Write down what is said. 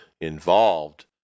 involved